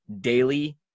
daily